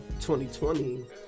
2020